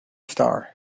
star